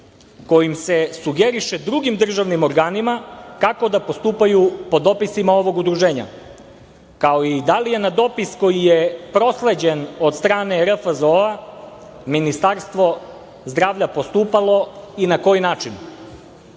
kojim se sugeriše drugim državnim organima kako da postupaju po dopisima ovog udruženja, kao i da li je dopis koji je prosleđen od strane RFZO Ministarstvo zdravlja postupalo i na koji